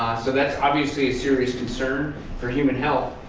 so that's obviously a serious concern for human health.